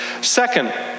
Second